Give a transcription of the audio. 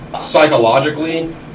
psychologically